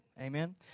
Amen